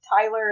Tyler